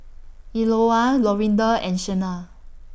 Eola Lorinda and Shena